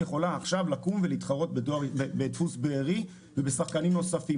יכולה לקום ולהתחרות בדפוס בארי ובשחקנים נוספים.